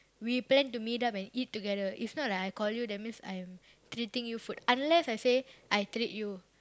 we plan to meet up and eat together it's not like I call you that means I'm treating you food unless I say I treat you